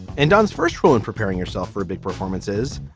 and don's first role in preparing yourself for big performances.